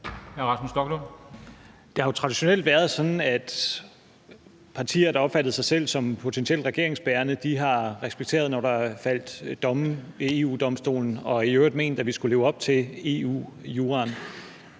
Det har jo traditionelt været sådan, at partier, der opfatter sig selv som potentielt regeringsbærende, har respekteret, når der faldt domme ved EU-Domstolen, og i øvrigt har ment, at vi skulle leve op til EU-juraen.